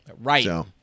Right